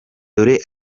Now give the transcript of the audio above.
dore